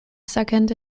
second